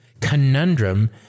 conundrum